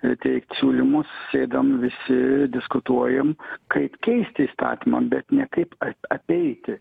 ir teikt siūlymus sėdam visi diskutuojam kaip keisti įstatymą bet ne kaip apeiti